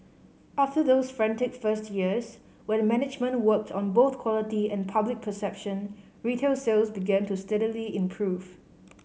after those frantic first years when management worked on both quality and public perception retail sales began to steadily improve